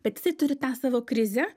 bet jisai turi tą savo krizę